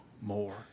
more